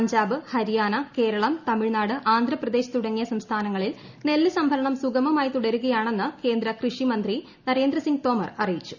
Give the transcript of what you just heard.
പഞ്ചാബ് ഹരിയാന കേരളം തമിഴ്നാട് ആന്ധ്രപ്രദേശ് തുടങ്ങിയ സംസ്ഥാനങ്ങളിൽ നെല്ല് സംഭരണം സുഗമമായി തുടരുകയാണെന്ന് കേന്ദ്ര കൃഷി മന്ത്രി നരേന്ദ്ര സിംഗ് തൊമർ അറിയിച്ചു